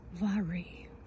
worry